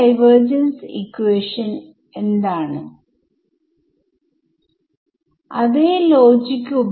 നെ പകുതി കോണുകളുടെ അടിസ്ഥാനത്തിൽ ലളിതമാക്കാം